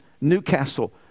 Newcastle